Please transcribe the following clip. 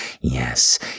Yes